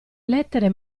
lettere